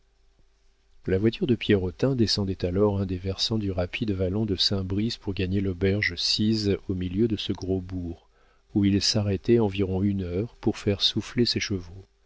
la voiture à pierrotin descendait alors un des versants du rapide vallon de saint brice pour gagner l'auberge sise au milieu de ce gros bourg où il s'arrêtait environ une heure pour faire souffler ses chevaux